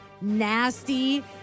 nasty